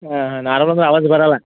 ಹಾಂ ಹಾಂ ನಾಳೆ ಬಂದ್ರ ಅವಾಜ್ ಬರಲ್ಲ